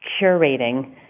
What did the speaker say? curating